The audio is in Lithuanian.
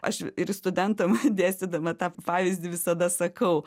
aš ir studentam dėstydama tą pavyzdį visada sakau